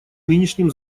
нынешним